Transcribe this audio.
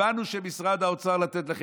הבנו שלתת לכם את משרד האוצר אי-אפשר.